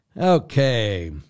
Okay